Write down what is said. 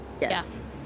Yes